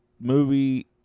movie